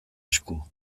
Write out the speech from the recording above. esku